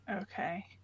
Okay